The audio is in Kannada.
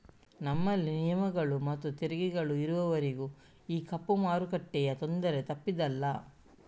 ನಮ್ಮಲ್ಲಿ ನಿಯಮಗಳು ಮತ್ತು ತೆರಿಗೆಗಳು ಇರುವವರೆಗೂ ಈ ಕಪ್ಪು ಮಾರುಕಟ್ಟೆಯ ತೊಂದರೆ ತಪ್ಪಿದ್ದಲ್ಲ